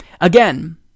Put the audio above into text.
Again